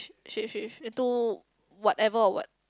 shape shift into whatever or what